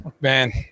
man